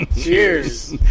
cheers